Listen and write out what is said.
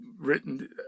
written